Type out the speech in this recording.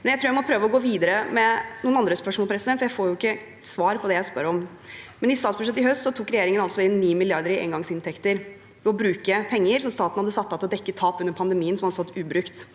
jeg må prøve å gå videre med noen andre spørsmål, for jeg får jo ikke svar på det jeg spør om. I statsbudsjettet i høst tok regjeringen inn 9 mrd. kr i engangsinntekter ved å bruke penger som staten hadde satt av til å dekke tap under pandemien, og som hadde stått ubrukt.